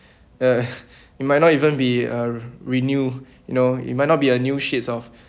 uh it might not even be a renew you know it might not be a new sheets of